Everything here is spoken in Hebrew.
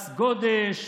מס גודש,